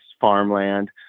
farmland